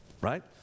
right